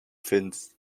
fins